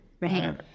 right